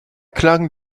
klang